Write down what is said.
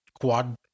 quad